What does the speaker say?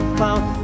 found